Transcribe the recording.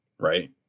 right